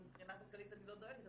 אז מבחינה כלכלית אני לא דואגת,